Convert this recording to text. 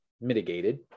mitigated